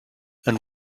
and